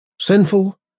sinful